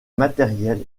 matériels